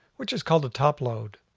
which is called a topload.